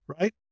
right